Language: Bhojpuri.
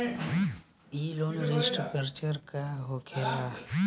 ई लोन रीस्ट्रक्चर का होखे ला?